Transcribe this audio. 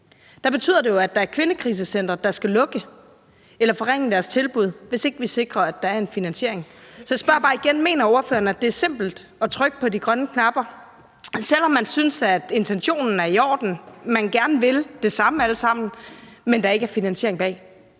betyder det jo, at der er kvindekrisecentre, der skal lukke eller forringe deres tilbud, hvis ikke vi sikrer, at der er en finansiering. Så jeg spørger bare igen: Mener ordføreren, at det er simpelt at trykke på de grønne knapper – selv om man synes, at intentionen er i orden, og alle gerne vil det samme – når der ikke er finansiering bag?